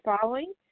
following